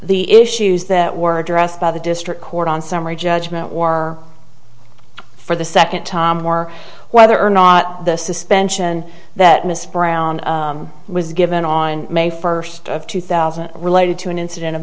the issues that were addressed by the district court on summary judgment war for the second time or whether or not the suspension that miss brown was given on may first of two thousand related to an incident of